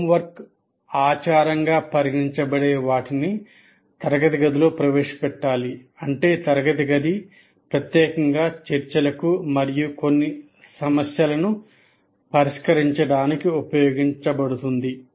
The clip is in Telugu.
హోంవర్క్ఆచారంగా పరిగణించబడే వాటిని తరగతి గదిలో ప్రవేశపెట్టాలి అంటే తరగతి గది ప్రత్యేకంగా చర్చలకు మరియు కొన్ని సమస్యలను పరిష్కరించడానికి ఉపయోగించబడుతుంది